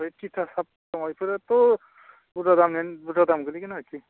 बे टिथा साब दं बेफोरोथ' बुरजा दामनि बुरजा दाम गोलैगोन आरोखि